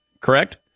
Correct